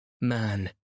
Man